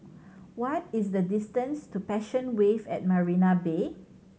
what is the distance to Passion Wave at Marina Bay